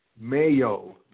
Mayo